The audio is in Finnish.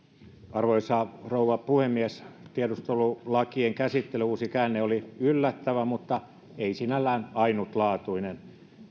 arvoisa rouva puhemies tiedustelulakien käsittelyn uusi käänne oli yllättävä mutta ei sinällään ainutlaatuinen